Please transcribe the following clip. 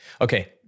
Okay